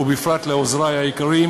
ובפרט לעוזרי היקרים,